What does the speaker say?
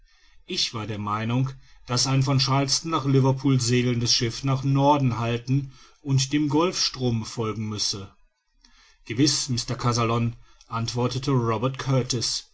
ich war der meinung daß ein von charleston nach liverpool segelndes schiff nach norden halten und dem golfstrome folgen müsse gewiß mr kazallon antwortete robert kurtis